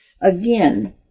again